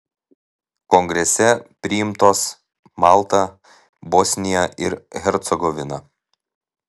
kongrese priimtos malta bosnija ir hercegovina